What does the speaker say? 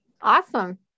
Awesome